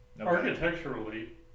architecturally